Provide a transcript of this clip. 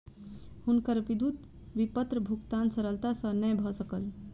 हुनकर विद्युत विपत्र भुगतान सरलता सॅ नै भ सकल